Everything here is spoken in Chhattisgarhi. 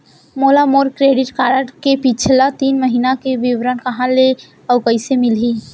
मोला मोर क्रेडिट कारड के पिछला तीन महीना के विवरण कहाँ ले अऊ कइसे मिलही?